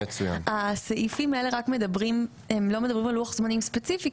הסעיפים האלו לא מדברים על לוח זמנים ספציפי,